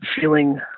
feeling